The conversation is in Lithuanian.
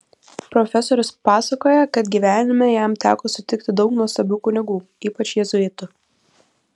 profesorius pasakoja kad gyvenime jam teko sutikti daug nuostabių kunigų ypač jėzuitų